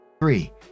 three